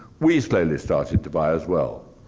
we slowly started to buy as well.